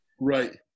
Right